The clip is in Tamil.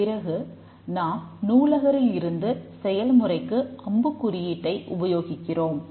பிறகு நாம் நூலகரில் இருந்து செயல்முறைக்கு அம்புக் குறியீட்டை உபயோகிக்கிறோம்